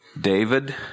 David